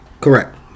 correct